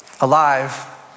alive